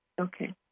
Okay